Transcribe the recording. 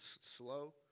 slow